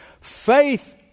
Faith